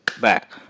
back